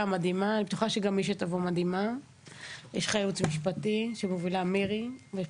לאה מדהימה ואני בטוחה שגם מי שתבוא תהיה מדהימה.